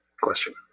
question